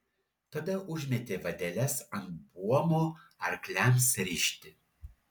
tada užmetė vadeles ant buomo arkliams rišti